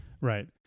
Right